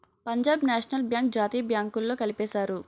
పంజాబ్ నేషనల్ బ్యాంక్ జాతీయ బ్యాంకుల్లో కలిపేశారు